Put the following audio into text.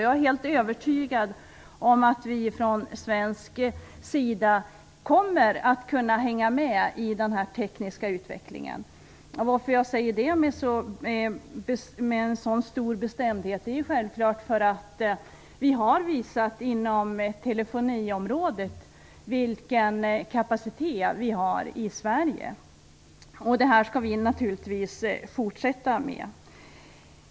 Jag är helt övertygad om att vi från svensk sida kommer att kunna hänga med i denna tekniska utvecklingen. Anledningen till att jag kan säga det så bestämt är självklart att vi inom telefoniområdet vilken kapacitet Sverige har. Det skall vi naturligtvis fortsätta med.